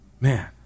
Man